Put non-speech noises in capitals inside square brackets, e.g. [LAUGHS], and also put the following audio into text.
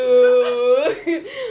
[LAUGHS]